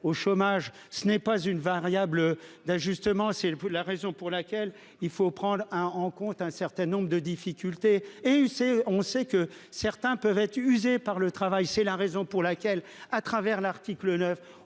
au chômage ce n'est pas une variable d'ajustement. Si elle le peut, la raison pour laquelle il faut prendre un en compte un certain nombre de difficultés et UC. On sait que certains peuvent être usés par le travail. C'est la raison pour laquelle à travers l'article 9,